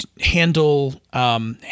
handle